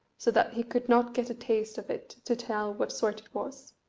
so that he could not get a taste of it to tell what sort it was.